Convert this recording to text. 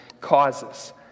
causes